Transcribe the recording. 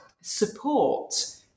support